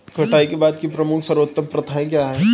कटाई के बाद की कुछ प्रमुख सर्वोत्तम प्रथाएं क्या हैं?